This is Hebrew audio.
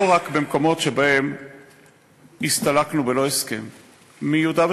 לא רק במקומות שמהם הסתלקנו בלא הסכם כמו מרצועת-עזה,